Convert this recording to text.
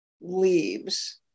leaves